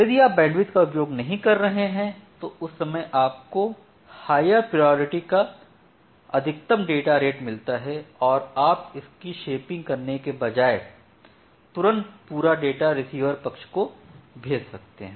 यदि आप बैंडविड्थ का उपयोग नहीं कर रहे हैं और उस समय आपको हायर प्रायोरिटी का अतिरिक्त डेटा मिलता है तो आप इसकी शेपिंग करने के बजाय तुरंत पूरा डेटा रिसीवर पक्ष को भेज सकते हैं